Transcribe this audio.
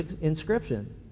inscription